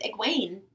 Egwene